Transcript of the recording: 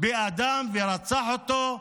באדם ורצח אותו.